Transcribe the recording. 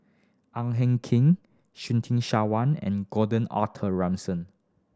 Ang Hen Keen Surtin Sarwan and Gordon Arthur Ransome